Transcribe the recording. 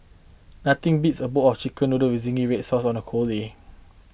nothing beats a bowl of Chicken Noodles with Zingy Red Sauce on a cold day